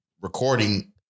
recording